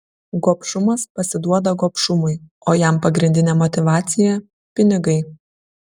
gobšumas pasiduoda gobšumui o jam pagrindinė motyvacija pinigai